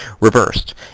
Reversed